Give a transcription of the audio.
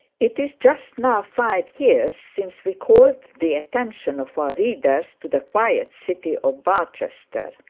it is just now five years since we called the attention of our readers to the quiet city of barchester.